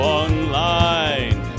online